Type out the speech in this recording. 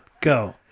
Go